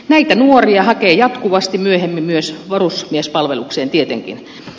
näitä nuoria hakee jatkuvasti myöhemmin myös varusmiespalvelukseen tietenkin